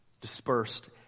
dispersed